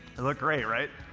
look great, right?